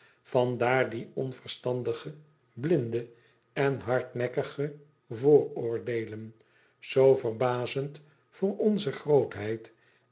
vandaar die onverstandige blinde en hardnekkige vooroordeelen zoo verbazend voor onze grootheid